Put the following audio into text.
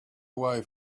way